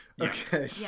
Okay